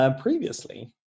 previously